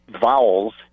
vowels